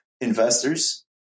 Investors